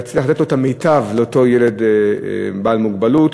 להצליח לתת את המיטב לאותו ילד בעל מוגבלות,